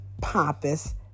pompous